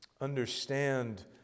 understand